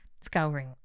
scouring